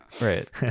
right